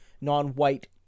non-white